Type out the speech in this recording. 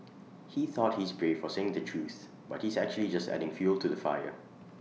he thought he's brave for saying the truth but he's actually just adding fuel to the fire